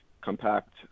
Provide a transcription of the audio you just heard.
compact